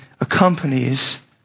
accompanies